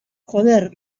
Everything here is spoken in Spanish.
joder